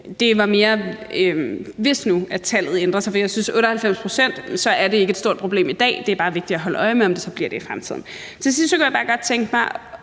Det var mere, hvis nu tallet ændrede sig. For når det er 98 pct. i dag, synes jeg ikke, det er et stort problem. Det er bare vigtigt at holde øje med, om det så bliver det i fremtiden. Til sidst kunne jeg bare godt tænke mig